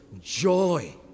joy